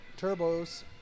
turbos